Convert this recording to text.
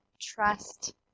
trust